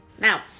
Now